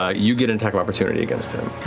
ah you get an attack of opportunity against him.